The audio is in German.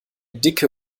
dicke